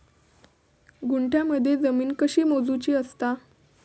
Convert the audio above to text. गुंठयामध्ये जमीन कशी मोजूची असता?